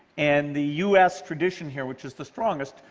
and the u s. tradition here, which is the strongest,